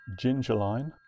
Gingerline